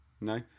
no